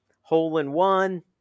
Hole-in-one